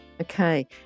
Okay